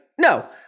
no